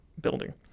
building